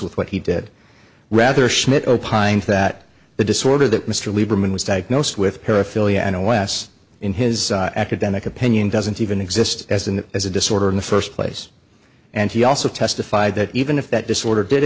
with what he did rather schmidt opined that the disorder that mr lieberman was diagnosed with paraphilia and wes in his academic opinion doesn't even exist as an as a disorder in the first place and he also testified that even if that disorder did